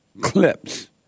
Clips